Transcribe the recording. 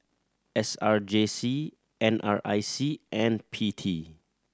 S R J C N R I C and P T